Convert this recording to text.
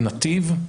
נתיב?